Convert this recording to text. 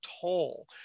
toll